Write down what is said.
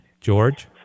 George